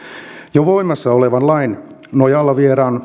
jo voimassa olevan lain nojalla vieraan